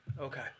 Okay